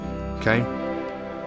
okay